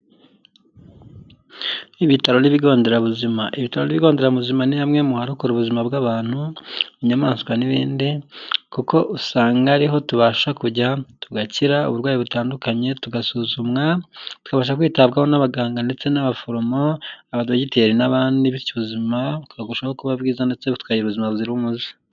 Ibitaro n'ibigo nderabuzima. Ibitaro n'ibigo nderabuzima ni hamwe mu harokora ubuzima bw'abantu, inyamaswa n'ibindi, kuko usanga ariho tubasha kujya tugakira uburwayi butandukanye tugasuzumwa, tubasha kwitabwaho n'abaganga ndetse n'abaforomo, abadogiteri n'abandi bityo ubuzima bukarushaho kuba bwiza ndetse tukagira ubuzima buzira umuze.